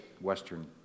Western